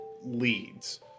leads